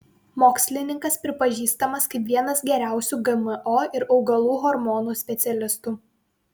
mokslininkas pripažįstamas kaip vienas geriausių gmo ir augalų hormonų specialistų